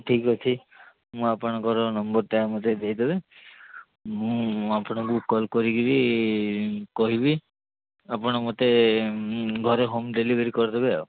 ଠିକ୍ ଆଛି ମୁଁ ଆପଣଙ୍କର ନମ୍ବର୍ଟା ମୋତେ ଦେଇଦେବେ ମୁଁ ଆପଣଙ୍କୁ କଲ୍ କରିକିରି କହିବି ଆପଣ ମୋତେ ଘରେ ହୋମ୍ ଡେଲିଭରି କରିଦେବେ ଆଉ